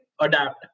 adapt